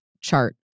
chart